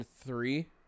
three